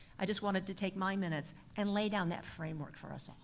i just wanted to take my minutes and lay down that framework for us